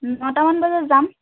নটামান বজাত যাম